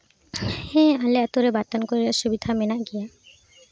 ᱦᱮᱸ ᱟᱞᱮ ᱟᱹᱛᱩᱨᱮ ᱵᱟᱛᱟᱱ ᱠᱚ ᱨᱮᱭᱟᱜ ᱥᱩᱵᱤᱫᱷᱟ ᱢᱮᱱᱟᱜ ᱜᱮᱭᱟ